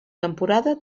temporada